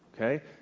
Okay